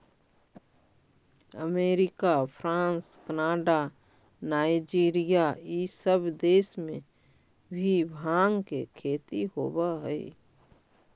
America, France, Canada, Nigeria इ सब देश में भी भाँग के खेती होवऽ हई